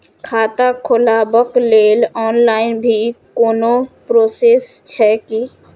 खाता खोलाबक लेल ऑनलाईन भी कोनो प्रोसेस छै की?